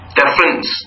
difference